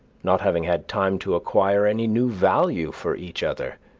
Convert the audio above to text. not having had time to acquire any new value for each other.